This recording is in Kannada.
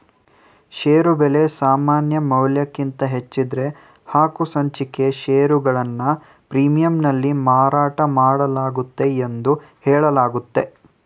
ಷೇರು ಬೆಲೆ ಸಮಾನಮೌಲ್ಯಕ್ಕಿಂತ ಹೆಚ್ಚಿದ್ದ್ರೆ ಹಕ್ಕುಸಂಚಿಕೆ ಷೇರುಗಳನ್ನ ಪ್ರೀಮಿಯಂನಲ್ಲಿ ಮಾರಾಟಮಾಡಲಾಗುತ್ತೆ ಎಂದು ಹೇಳಲಾಗುತ್ತೆ